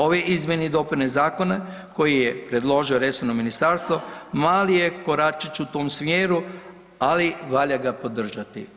Ove izmjene i dopune zakona koje je predložilo resorno ministarstvo mali je koračić u tom smjeru, ali valja ga podržati.